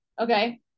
Okay